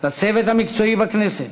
לצוות המקצועי בכנסת,